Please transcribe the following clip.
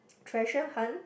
treasure hunt